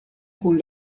kun